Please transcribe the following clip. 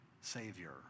Savior